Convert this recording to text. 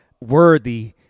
worthy